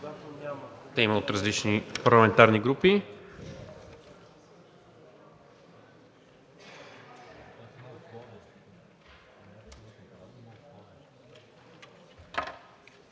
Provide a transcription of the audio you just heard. да има от различни парламентарни групи.